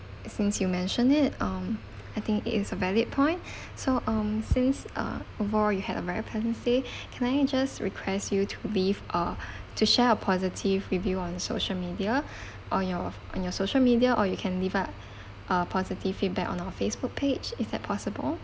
since you mentioned it um I think it is a valid point so um since uh overall you had a very pleasant stay say can I just request you to leave uh to share a positive review on social media on your on your social media or you can leave us a positive feedback on our Facebook page is that possible